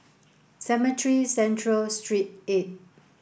Cemetry Central Street eight